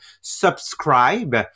subscribe